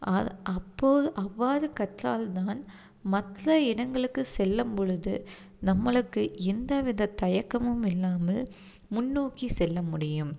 அப்போ அவ்வாறு கற்றால் தான் மற்ற இடங்களுக்கு செல்லும்பொழுது நம்மளுக்கு எந்த வித தயக்கமும் இல்லாமல் முன்னோக்கி செல்ல முடியும்